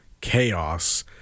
chaos